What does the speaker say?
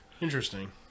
Interesting